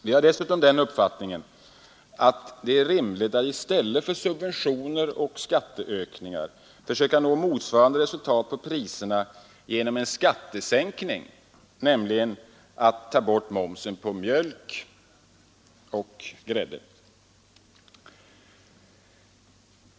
Vi har dessutom den uppfattningen att det är rimligt att i stället för att tillgripa subventioner och skattehöjningar försöka nå motsvarande resultat på priserna genom en skattesänkning, nämligen genom att ta bort momsen på mjölk och grädde.